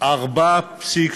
4.3